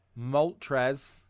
Moltres